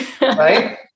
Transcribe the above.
right